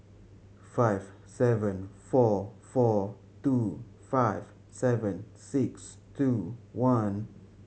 five seven four four two five seven six two one